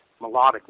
melodically